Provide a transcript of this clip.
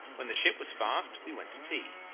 when the ship was fast we went to tea.